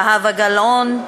זהבה גלאון,